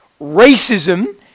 racism